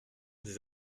des